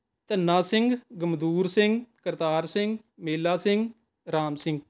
Dhanna Singh Gamdoor Singh Kartar Singh Mela Singh Ram Singh